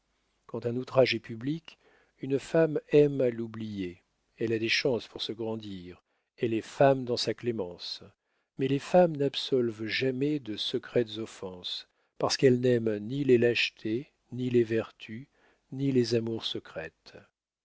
quand un outrage est public une femme aime à l'oublier elle a des chances pour se grandir elle est femme dans sa clémence mais les femmes n'absolvent jamais de secrètes offenses parce qu'elles n'aiment ni les lâchetés ni les vertus ni les amours secrètes